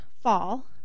fall